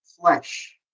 flesh